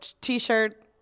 T-shirt